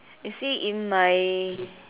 you see in my